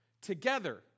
together